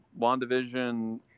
WandaVision